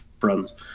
friends